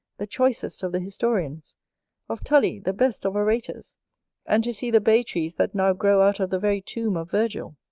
the choicest of the historians of tully, the best of orators and to see the bay trees that now grow out of the very tomb of virgil!